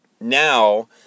now